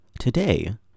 Today